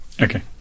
Okay